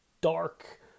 dark